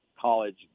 college